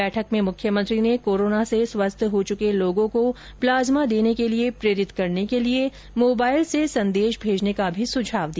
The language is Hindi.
बैठक में मुख्यमंत्री ने कोरोना से स्वस्थ हो चुके लोगो को प्लाज्मा देने के लिए प्रेरित करने के लिए मोबाईल से संदेश भेजने का भी सुझाव दिया